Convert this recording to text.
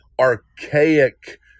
archaic